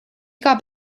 iga